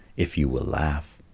if you will laugh.